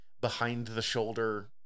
behind-the-shoulder